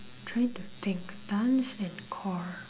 trying to think dance and core